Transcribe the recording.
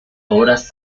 obras